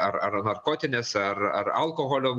ar ar narkotinės ar ar alkoholio